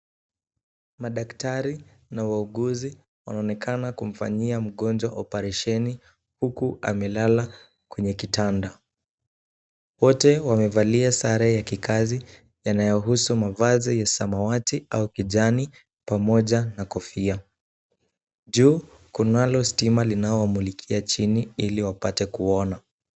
Madaktari na wauguzi wanaonekana kumfanyia mgonjwa oparesheni huku amelala kwenye kitanda , wote wamevalia sare ya kikazi yanayohusu mavazi ya samawati au kijani na kofia ,juu kunalo stima la kuwamlikia ili wapate kuona .